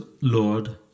Lord